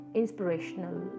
inspirational